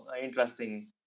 interesting